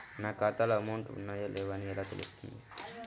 నా ఖాతాలో అమౌంట్ ఉన్నాయా లేవా అని ఎలా తెలుస్తుంది?